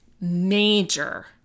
major